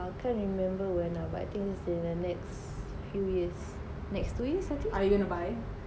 err I can't remember when lah but I think in the next two years next two years I think